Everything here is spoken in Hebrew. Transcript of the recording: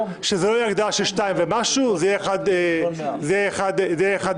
שזה לא יהיה 2 ומשהו אלא 1,800,000,